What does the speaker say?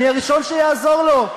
אני הראשון שיעזור לו.